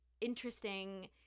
interesting